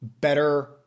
better